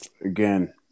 Again